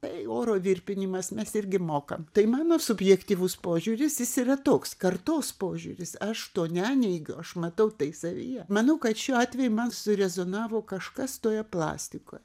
tai oro virpinimas mes irgi mokam tai mano subjektyvus požiūris jis yra toks kartos požiūris aš to neneigiu aš matau tai savyje manau kad šiuo atveju man surezonavo kažkas toje plastikoje